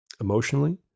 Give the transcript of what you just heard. emotionally